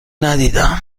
ندیدم